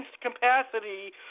capacity